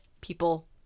people